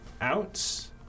out